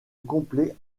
complet